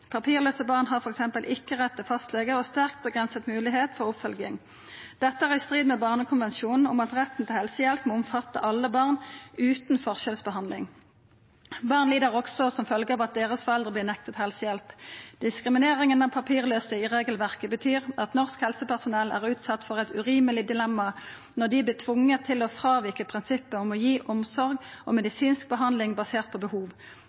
Papirløse barn har for eksempel ikke rett til fastlege og sterkt begrenset mulighet for oppfølging. Dette er i strid med Barnekonvensjonen om at retten til helsehjelp må omfatte alle barn uten forskjellsbehandling. Barn lider også som følge av at deres foreldre blir nektet helsehjelp. Diskrimineringen av papirløse i regelverket betyr at norsk helsepersonell er utsatt for et urimelig dilemma når de blir tvunget til å fravike prinsippet om å gi omsorg og medisinsk behandling basert på behov.